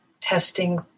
testing